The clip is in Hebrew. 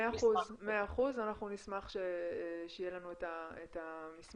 מאה אחוז, אנחנו נשמח שיהיה לנו את המסמך.